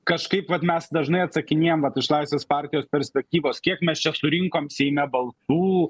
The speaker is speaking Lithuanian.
kažkaip vat mes dažnai atsakinėjam vat iš laisvės partijos perspektyvos kiek mes čia surinkom seime balsų